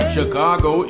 Chicago